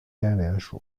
莲属